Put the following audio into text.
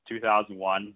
2001